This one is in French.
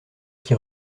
qui